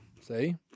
See